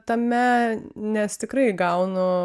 tame nes tikrai gaunu